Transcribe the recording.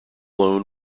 loan